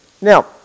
Now